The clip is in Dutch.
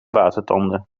watertanden